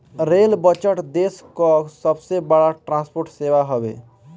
rail budget देस कअ सबसे बड़ ट्रांसपोर्ट सेवा हवे